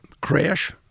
Crash